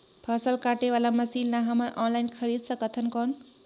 फसल काटे वाला मशीन ला हमन ऑनलाइन खरीद सकथन कौन?